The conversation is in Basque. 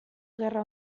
gerra